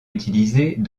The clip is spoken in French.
utilisées